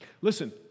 Listen